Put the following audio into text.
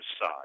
side